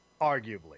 arguably